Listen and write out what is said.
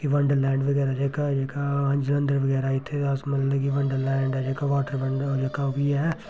कि wonderland बगैरा जेह्का जेह्का जलंधर बगैरा इत्थें अस मतलब कि वंडर लैंड ऐ जेह्का वाटर वंड जेह्का ओह् बी ऐ